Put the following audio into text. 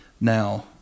Now